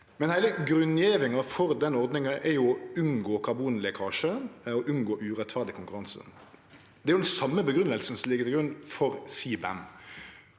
men heile grunngjevinga for den ordninga er jo å unngå karbonlekkasje og urettferdig konkurranse. Det er den same grunngjevinga som ligg til grunn for CBAM.